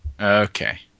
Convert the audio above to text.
Okay